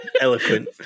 Eloquent